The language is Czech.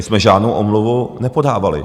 My jsme žádnou omluvu nepodávali.